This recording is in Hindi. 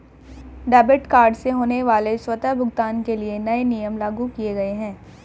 डेबिट कार्ड से होने वाले स्वतः भुगतान के लिए नए नियम लागू किये गए है